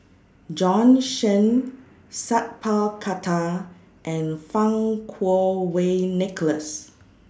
Bjorn Shen Sat Pal Khattar and Fang Kuo Wei Nicholas